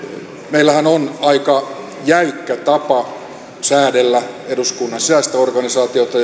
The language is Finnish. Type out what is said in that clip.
meillähän on aika jäykkä tapa säädellä eduskunnan sisäistä organisaatiota